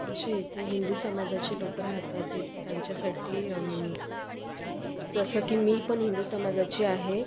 आमच्या इथे हिंदू समाजाचे लोक राहतात त्यांच्यासाठी जसं की मी पण हिंदू समाजाची आहे